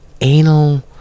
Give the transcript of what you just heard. anal